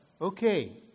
Okay